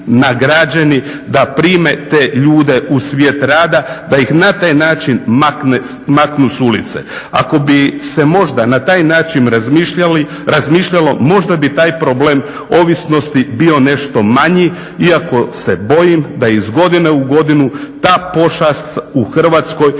da prime te ljude u svijet rada da ih na taj način maknu s ulice. Ako bi se možda na taj način razmišljalo možda bi taj problem ovisnosti bio nešto manji, iako se bojim da iz godine u godinu ta pošast u Hrvatskoj